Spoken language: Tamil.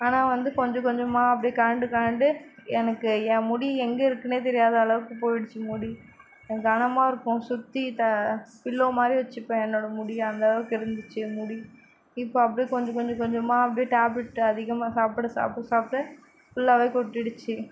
ஆனால் வந்து கொஞ்சம் கொஞ்சமாக அப்படியே கழண்டு கழண்டு எனக்கு என் முடி எங்கேருக்குனே தெரியாதளவுக்கு போயிடுச்சு முடி கனமாயிருக்கும் சுற்றி பில்லோ மாதிரி வச்சிப்பேன் என்னோட முடியை அந்தளவுக்கு இருந்துச்சு என் முடி இப்போ அப்படியே கொஞ்சம் கொஞ்சமா கொஞ்சமாக அப்படியே டேப்லட் அதிகமாக சாப்பிட சாப்பிட்டு சாப்பிட்டு ஃபுல்லாகவே கொட்டிடுச்சு